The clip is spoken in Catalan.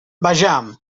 vejam